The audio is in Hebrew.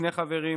שני חברים,